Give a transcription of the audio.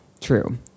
True